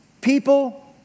people